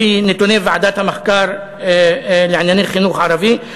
לפי נתוני ועדת המחקר לענייני חינוך ערבי,